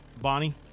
Bonnie